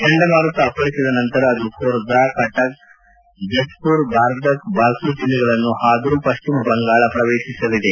ಚಂಡಮಾರುತ ಅಪ್ಪಳಿಸಿದ ನಂತರ ಅದು ಖೋರ್ದಾ ಕಟಕ್ ಜಜ್ಪುರ್ ಬಾರ್ದಕ್ ಬಾಲ್ಪೂರ್ ಜಿಲ್ಲೆಗಳನ್ನು ಹಾದು ಪಶ್ಚಿಮ ಬಂಗಾಳ ಪ್ರವೇಶಿಸಲಿದೆ